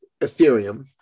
Ethereum